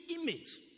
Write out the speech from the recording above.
image